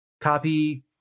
copy